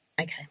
okay